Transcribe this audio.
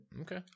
okay